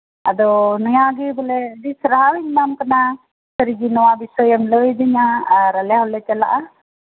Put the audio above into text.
ᱟᱫᱚ ᱱᱚᱣᱟᱜᱮ ᱵᱚᱞᱮ ᱟᱹᱰᱤ ᱥᱟᱨᱦᱟᱣ ᱤᱧ ᱮᱢᱟᱢ ᱠᱟᱱᱟ ᱥᱟᱹᱨᱤᱜᱮ ᱱᱚᱣᱟ ᱵᱤᱥᱚᱭ ᱮᱢ ᱞᱟᱹᱭ ᱟᱹᱫᱤᱧᱟ ᱟᱨ ᱟᱞᱮ ᱦᱚᱞᱮ ᱪᱟᱞᱟᱜᱼᱟ